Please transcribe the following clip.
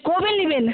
কবে নিবেন